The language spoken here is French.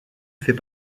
fait